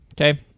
okay